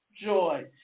joy